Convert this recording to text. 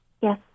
Yes